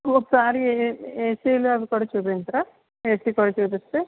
ఒకసారి ఏ ఏసీలు అవి కూడా చూయించరా ఏసీలు కూడా చూపిస్తే